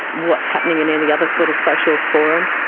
what's happening in any other sort of social forum.